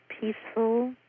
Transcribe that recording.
peaceful